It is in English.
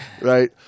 right